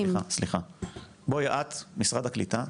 תגדירי לי כמשרד הקליטה,